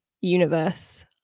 universe